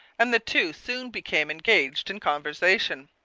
and the two soon became engaged in conversation.